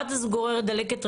40, 50,